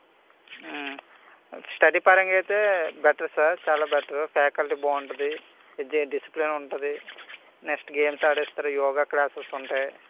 study పరంగా అయితే better sir చాలా బెటరు ఫ్యాకల్టీ బాగుంటుంది డిసిప్లేన్ ఉంటుంది నెక్స్ట్ గేమ్స్ ఆడిస్తారు యోగా క్లాసెస్ ఉంటాయి